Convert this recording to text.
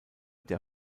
der